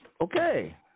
Okay